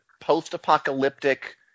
post-apocalyptic